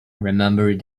remembering